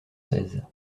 seize